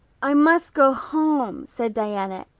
i must go home, said diana,